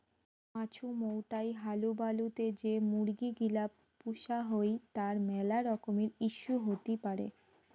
মাছুমৌতাই হালুবালু তে যে মুরগি গিলা পুষা হই তার মেলা রকমের ইস্যু হতি পারে